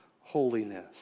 holiness